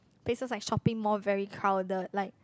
places like shopping mall very crowded like